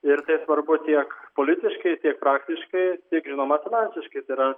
ir tai svarbu tiek politiškai tiek praktiškai tiek žinoma finansiškai tai yra